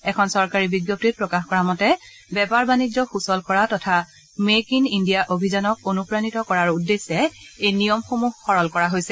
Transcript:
এখন চৰকাৰী বিজ্ঞপ্তিত প্ৰকাশ কৰা মতে বেপাৰ বাণিজ্য সূচল কৰা তথা মেক ইন ইণ্ডিয়া অভিযানক অনুপ্ৰাণিত কৰাৰ উদ্দেশ্যে এই নিয়মসমূহ সৰল কৰা হৈছে